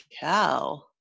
cow